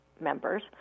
members